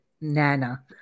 Nana